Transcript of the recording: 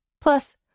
Plus